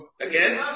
Again